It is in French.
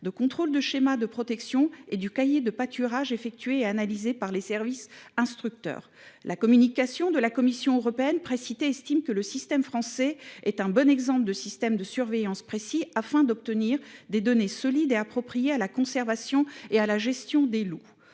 de contrôles de schéma de protection et du cahier de pâturage, effectués et analysés par les services instructeurs. La Commission européenne, dans la communication précitée, estime que le système français est un bon exemple de système de surveillance précis permettant d'obtenir des données solides et appropriées à la conservation et la gestion des loups.